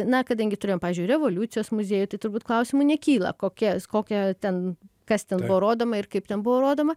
na kadangi turėjom pavyzdžiui revoliucijos muziejų tai turbūt klausimų nekyla kokias kokia ten kas ten buvo rodoma ir kaip ten buvo rodoma